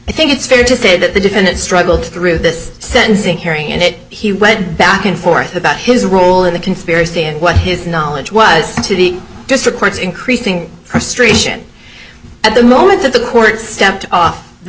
i think it's fair to say that the defendant struggled through this sentencing hearing and it he went back and forth about his role in the conspiracy and what his knowledge was to the district court's increasing frustration at the moment if the court stepped off the